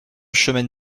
chemin